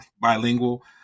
bilingual